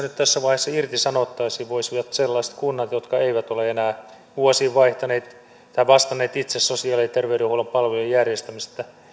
nyt tässä vaiheessa irtisanottaisiin voisivat sellaiset kunnat jotka eivät ole enää vuosiin vastanneet itse sosiaali ja terveydenhuollon palvelujen järjestämisestä